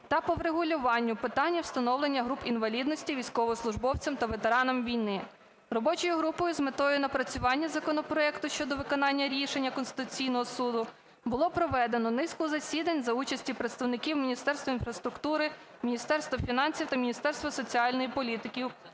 та по врегулюванню питання встановлення груп інвалідності військовослужбовцям та ветеранам війни. Робочою групою з метою напрацювання законопроекту щодо виконання рішення Конституційного Суду було проведено низку засідань за участі представників Міністерства інфраструктури, Міністерства фінансів та Міністерства соціальної політики